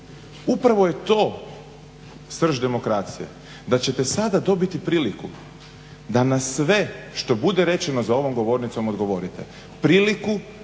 Upravo je to srž demokracije da ćete sada dobiti priliku da na sve što bude rečeno za ovom govornicom odgovorite, priliku